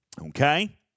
Okay